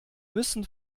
müssen